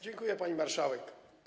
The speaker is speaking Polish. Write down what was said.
Dziękuję, pani marszałek.